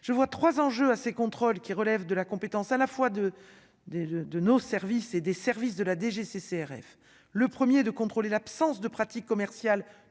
je vois 3 enjeux à ces contrôles qui relèvent de la compétence à la fois de, de, de nos services et des services de la DGCCRF, le premier de contrôler l'absence de pratique commerciale